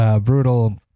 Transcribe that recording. Brutal